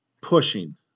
pushing